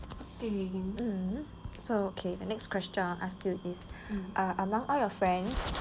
so okay the next question I want ask you is among all your friends